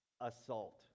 assault